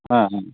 ஆ ஆ